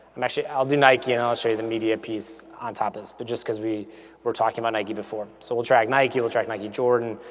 um actually, i'll do nike and i'll show you the media piece on top of this but just cause we were talking about nike before. so we'll track nike, we'll track nike jordan.